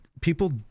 people